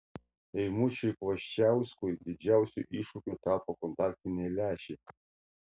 eimučiui kvoščiauskui didžiausiu iššūkiu tapo kontaktiniai lęšiai